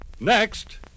Next